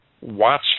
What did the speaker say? watch